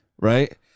Right